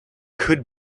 could